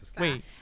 Wait